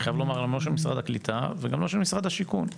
אני חייב לומר שמשרד הקליטה וגם לא של משרד השיכון,